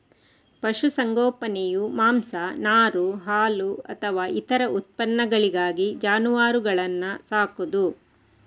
ಪಶು ಸಂಗೋಪನೆಯು ಮಾಂಸ, ನಾರು, ಹಾಲು ಅಥವಾ ಇತರ ಉತ್ಪನ್ನಗಳಿಗಾಗಿ ಜಾನುವಾರುಗಳನ್ನ ಸಾಕುದು